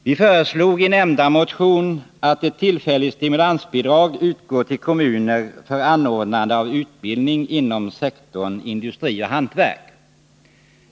Vi föreslog i nämnda motion att ett tillfälligt stimulansbidrag skulle utgå till kommuner för anordnande av utbildning inom sektorn industri och hantverk.